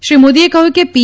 શ્રી મોદીએ કહ્યું કે પી